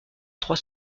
trois